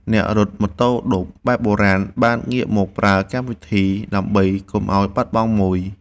អ្នករត់ម៉ូតូឌុបបែបបុរាណ បានងាកមកប្រើកម្មវិធីដើម្បីកុំឱ្យបាត់បង់ម៉ូយ។